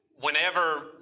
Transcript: whenever